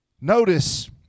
Notice